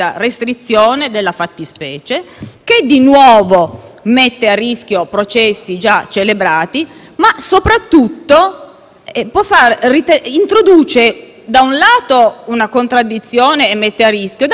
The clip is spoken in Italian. che di nuovo mette a rischio processi già celebrati, ma che soprattutto, introduce, da un lato, una contraddizione introducendo dei rischi e, dall'altro invece del semplice